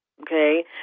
okay